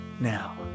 Now